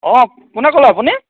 অঁ কোনে ক'লে আপুনি